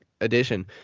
edition